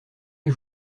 les